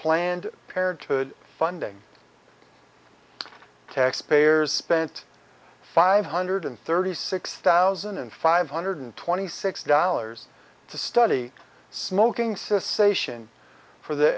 planned parenthood funding taxpayers spent five hundred thirty six thousand and five hundred twenty six dollars to study smoking cessation for the